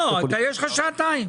לא, יש לך שעתיים.